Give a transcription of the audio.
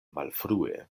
malfrue